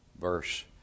verse